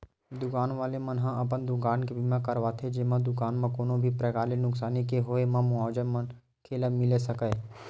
दुकान वाले मन ह अपन दुकान के बीमा करवाथे जेमा दुकान म कोनो भी परकार ले नुकसानी के होय म मुवाजा मनखे ल मिले सकय